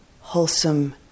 wholesome